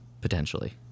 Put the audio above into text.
potentially